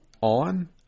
on